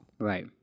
Right